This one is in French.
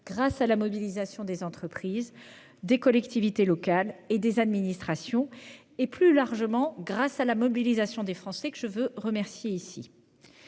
grâce à la mobilisation des entreprises, des collectivités locales et des administrations, ainsi que, plus largement, grâce à la mobilisation des Français, que je veux remercier ici.